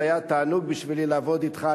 זה היה תענוג בשבילי לעבוד אתך.